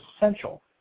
essential